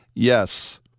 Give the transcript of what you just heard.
Yes